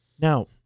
Now